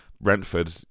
Brentford